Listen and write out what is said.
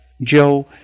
Joe